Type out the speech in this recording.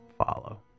follow